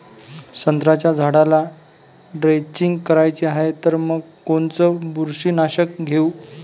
संत्र्याच्या झाडाला द्रेंचींग करायची हाये तर मग कोनच बुरशीनाशक घेऊ?